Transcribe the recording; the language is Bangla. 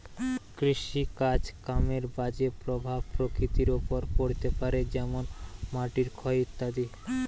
কৃষিকাজ কামের বাজে প্রভাব প্রকৃতির ওপর পড়তে পারে যেমন মাটির ক্ষয় ইত্যাদি